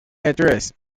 address